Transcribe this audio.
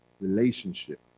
relationship